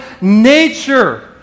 nature